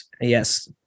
Yes